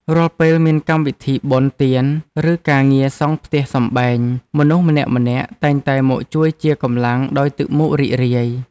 រាល់ពេលមានកម្មវិធីបុណ្យទាន ឬការងារសង់ផ្ទះសម្បែង មនុស្សម្នាក់ៗតែងតែមកជួយជាកម្លាំងដោយទឹកមុខរីករាយ។